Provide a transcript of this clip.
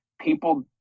people